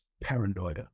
paranoia